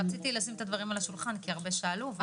רציתי לשים את הדברים על השולחן כי הרבה שואלים.